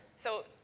so,